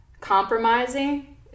compromising